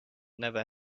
never